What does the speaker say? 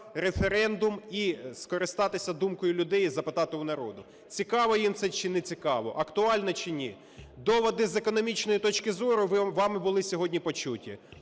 референдум і скористатися думкою людей, і запитати у народу, цікаво їм це чи нецікаво, актуально чи ні. Доводи з економічної точки зору вами були сьогодні почуті.